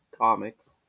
Comics